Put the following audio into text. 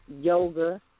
yoga